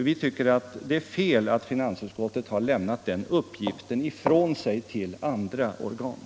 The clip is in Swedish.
Vi anser att det är fel att finansutskottet vill lämna ifrån sig den uppgiften till andra organ.